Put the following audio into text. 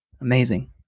Amazing